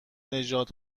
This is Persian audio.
نژاد